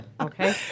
Okay